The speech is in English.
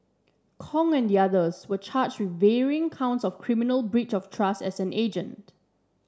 Kong and the others were charge with varying counts of criminal breach of trust as an agent